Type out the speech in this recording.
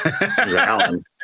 Alan